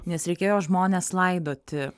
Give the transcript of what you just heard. nes reikėjo žmones laidoti